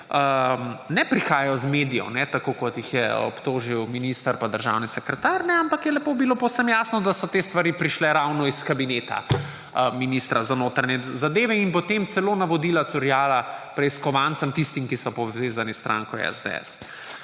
ne prihajajo iz medijev, tako kot jih je obtožil minister in državni sekretar, ampak je bilo povsem jasno, da so te stvari prišle ravno iz kabineta ministra za notranje zadeve. In potem celo navodila curljala preiskovancem – tistim, ki so povezani s stranko SDS.